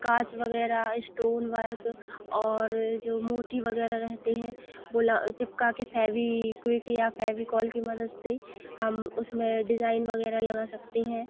काँच वगैरह stone work और जो मोती वगैरह रहते हैं चिपकाने फेवीक्विक या फेवीकॉल की मदद से हम उसमें डिजाईन वगैरह लगा सकते हैं